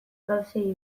gauzei